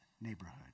Neighborhood